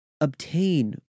obtain